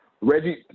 Reggie